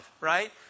right